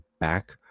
back